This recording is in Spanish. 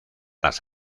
las